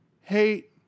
hate